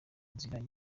nzira